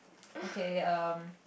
okay um